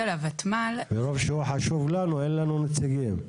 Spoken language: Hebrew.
מרוב שהוא חשוב לנו, אין לנו נציגים.